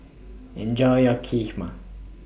Enjoy your Kheema